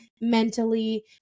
mentally